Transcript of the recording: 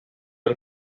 got